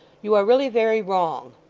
you are really very wrong.